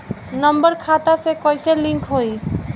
Number खाता से कईसे लिंक होई?